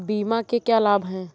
बीमा के क्या लाभ हैं?